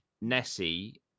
nessie